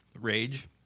Rage